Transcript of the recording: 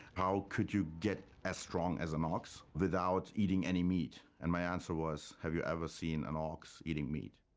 how could you get as strong as an ox without eating any meat? and my answer was, have you ever seen an ox eating meat?